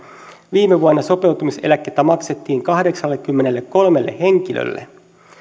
viime vuonna sopeutumiseläkettä maksettiin kahdeksallekymmenellekolmelle henkilölle